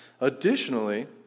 Additionally